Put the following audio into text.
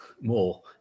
more